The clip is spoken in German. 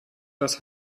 das